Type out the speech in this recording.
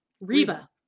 Reba